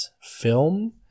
film